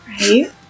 Right